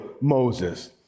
Moses